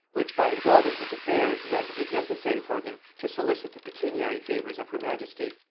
which, by involving his affairs, rendered it necessary for him to solicit the pecuniary favors of her majesty,